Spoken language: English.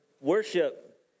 worship